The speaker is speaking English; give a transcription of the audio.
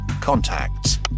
contacts